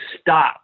stop